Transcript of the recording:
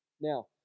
Now